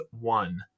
one